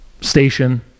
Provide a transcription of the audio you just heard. station